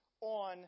on